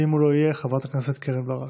ואם הוא לא יהיה, חברת הכנסת קרן ברק.